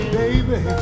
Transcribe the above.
baby